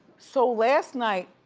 so last night,